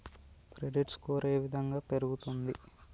Credit score ఏ విధంగా పెరుగుతుంది?